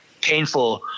painful